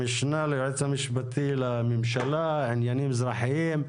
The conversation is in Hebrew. המשנה ליועץ המשפטי לממשלה, עניינים אזרחיים,